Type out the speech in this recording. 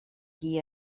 qui